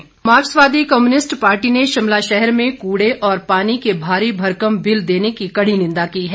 माकपा मार्क्सवादी communist party ने शिमला शहर में कूड़े और पानी के भारी भरकम बिल देने की कड़ी निंदा की है